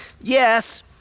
Yes